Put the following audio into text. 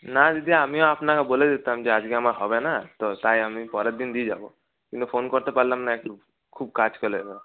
না দিদি আমিও আপনাকে বলে দিতাম যে আজকে আমার হবে না তো তাই আমি পরের দিন দিয়ে যাব কিন্তু ফোন করতে পারলাম না একটু খুব কাজ চলে এল